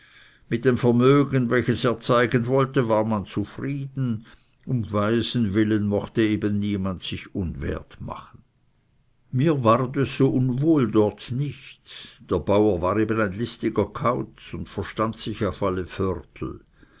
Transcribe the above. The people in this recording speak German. mit dem vermögen welches er zeigen wollte war man zufrieden um waisen willen mochte eben niemand sich unwert machen mir ward es so unwohl dort nicht der bauer war eben ein listiger kauz und verstand sich auf alle vörtel